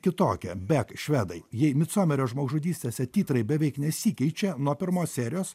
kitokią bet švedai jei mitsomerio žmogžudystėse titrai beveik nesikeičia nuo pirmos serijos